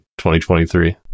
2023